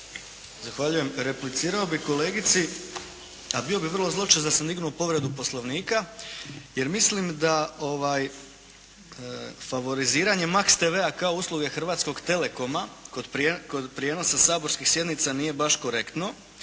Zahvaljujem. Replicirao bih kolegici, a bio bi vrlo zločest da sam igrao povredu Poslovnika, jer mislim da favoriziranje Max TV-a kao usluge hrvatskog telekoma kod prijenosa saborskih sjednica nije baš korektno